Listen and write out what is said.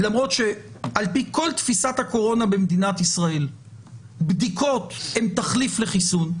למרות שעל פי כל תפיסת הקורונה במדינת ישראל בדיקות הן תחליף לחיסון.